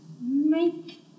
make